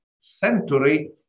century